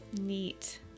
Neat